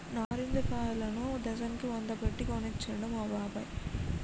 నారింజ కాయలను డజన్ కు వంద పెట్టి కొనుకొచ్చిండు మా బాబాయ్